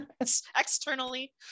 externally